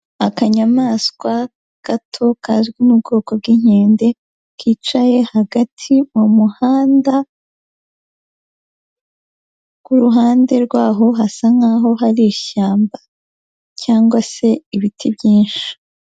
Akanyamaswa gato kazwi mu bwoko bw'inkende kicaye hagati mu muhanda, kuruhande rwaho hasa nkaho hari ishyamba cyangwa se ibiti byinshi.